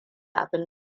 abun